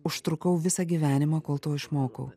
užtrukau visą gyvenimą kol to išmokau